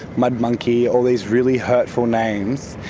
mud monkey all these really hurtful names.